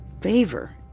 favor